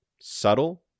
subtle